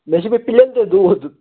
مےٚ چھُ بیٚیہِ پیلیٚن تہِ دود